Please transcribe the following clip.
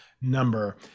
number